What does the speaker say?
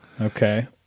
Okay